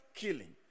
killing